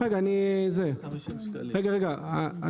יש